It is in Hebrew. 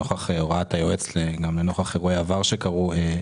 נוכח הוראת היועץ וגם נוכח אירועי עבר שקרו,